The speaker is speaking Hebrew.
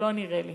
לא נראה לי.